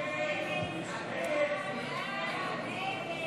הסתייגות 37 לא נתקבלה.